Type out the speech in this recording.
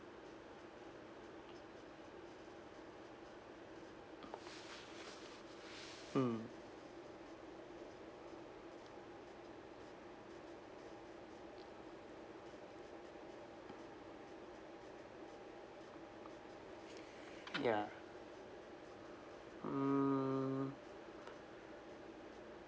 mm ya mm